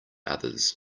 others